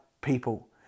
people